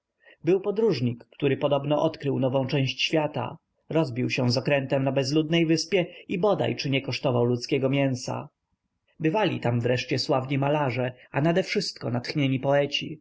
był podróżnik który podobno odkrył nową część świata rozbił się z okrętem na bezludnej wyspie i bodaj czy nie kosztował ludzkiego mięsa bywali tam wreszcie sławni malarze a nadewszystko natchnieni poeci